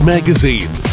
Magazine